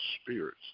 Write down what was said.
spirits